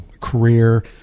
career